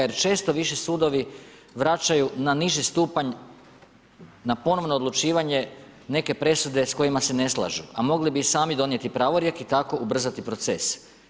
Jer često viši sudovi vraćaju na niži stupanj, na ponovno odlučivanje neke presude sa kojima se ne slažu, a mogli bi i sami donijeti pravorijek i tako ubrzati proces.